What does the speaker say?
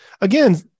again